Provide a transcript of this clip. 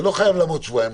זה לא חייב לעמוד שבועיים.